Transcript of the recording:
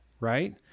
Right